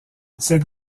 cette